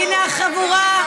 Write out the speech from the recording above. הינה החבורה.